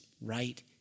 right